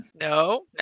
no